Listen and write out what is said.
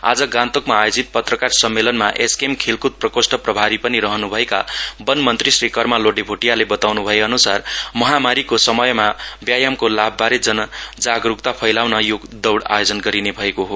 आज गान्तोकमा आयोजित पत्रकार सम्मेलनमा एसकेएम खेलक्द प्रकोष्ठ प्रभारी पनि रहन्भएको वन मन्त्री श्री कर्मा लोडे भोटियाले बताउन् भए अनुसार महामारिको समयमा व्यायामको लाभबारे जन जागरूकता फैलाउन यो दौड़ आयोजना गरिने भएको हो